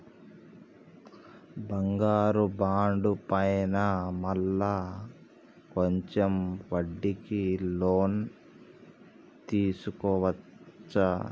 బంగారు బాండు పైన మళ్ళా కొంచెం వడ్డీకి లోన్ తీసుకోవచ్చా?